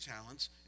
talents